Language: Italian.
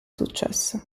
successo